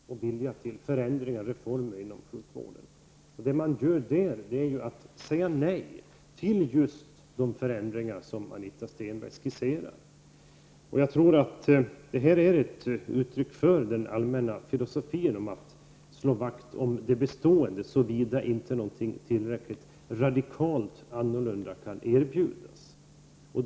Herr talman! Anita Stenberg talar om miljöpartiets vilja till förändringar och reformer inom sjukvården. Vad man emellertid gör är att man säger nej till de förändringar som Anita Stenberg skisserar. Jag tror att detta är ett uttryck för den allmänna filosofin att man vill slå vakt om det bestående, såvida inte någonting radikalt annorlunda kan erbjudas.